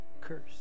curse